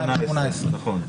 כן, ב-2018, נכון.